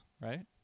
right